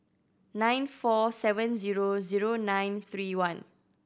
nine four seven zero zero nine three one